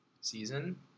season